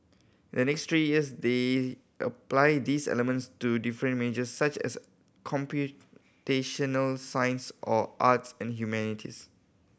in the next three years they apply these elements to different majors such as computational science or arts and humanities